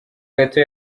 gato